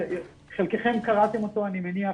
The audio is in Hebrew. חלקכם קראתם אותו אני מניח,